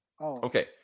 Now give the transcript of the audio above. Okay